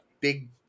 big –